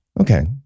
Okay